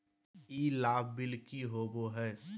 ई लाभ बिल की होबो हैं?